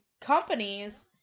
companies